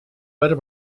verd